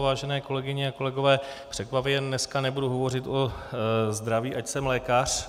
Vážené kolegyně a kolegové, překvapivě dneska nebudu hovořit o zdraví, ač jsem lékař.